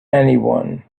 anyone